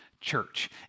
Church